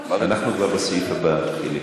כבוד היושב-ראש, חברי הכנסת, הכנסת החליטה בישיבתה